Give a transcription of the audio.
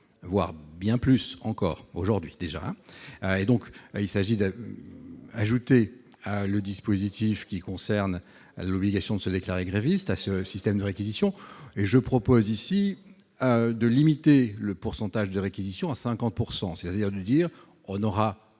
voire bien plus encore aujourd'hui déjà et donc, il s'agit d'elle, a ajouté le dispositif qui concerne, elle, l'obligation de se déclarer gréviste à ce système de réquisition et je propose ici de limiter le pourcentage de réquisitions à 50 pourcent c'est-à-dire de nous dire : on aura